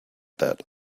that